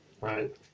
Right